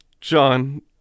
john